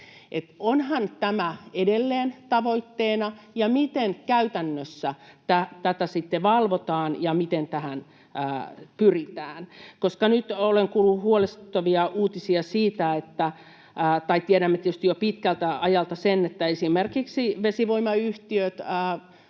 onhan tämä edelleen tavoitteena ja miten käytännössä tätä sitten valvotaan ja miten tähän pyritään. Nyt olen kuullut huolestuttavia uutisia siitä — ja tiedämme tietysti jo pitkältä ajalta sen — että esimerkiksi vesivoimayhtiöt